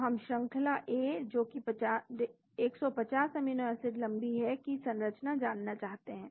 तो हम श्रंखला ए जो की 150 अमीनो एसिड लंबी है की संरचना जानना चाहते हैं